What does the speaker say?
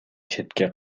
четке